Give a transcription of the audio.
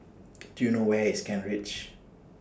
Do YOU know Where IS Kent Ridge